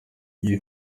iyi